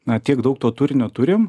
na tiek daug to turinio turim